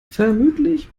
vermutlich